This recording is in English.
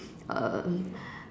um